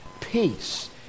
peace